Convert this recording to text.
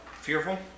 fearful